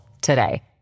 today